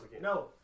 no